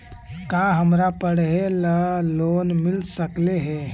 का हमरा पढ़े ल लोन मिल सकले हे?